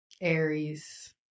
Aries